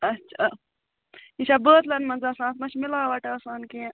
اچھا یہِ چھا بٲتلن منٛز آسان اَتھ ما چھِ مِلاوٹ آسان کیٚنٛہہ